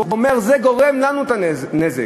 ואומרים: זה גורם לנו נזק,